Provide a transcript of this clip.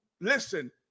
listen